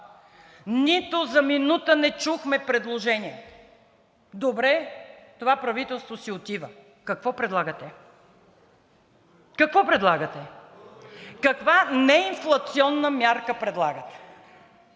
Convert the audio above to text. Нито за минута не чухме предложения. Добре, това правителство си отива, какво предлагате? Какво предлагате? Каква неинфлационна мярка предлагате?